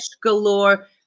galore